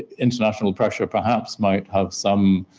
international pressure perhaps might have some